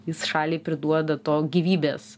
jis šaliai priduoda to gyvybės